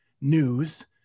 news